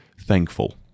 thankful